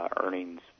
earnings